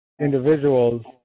individuals